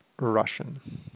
Russian